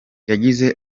yagize